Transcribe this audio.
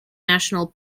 national